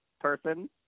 person